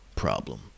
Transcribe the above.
problem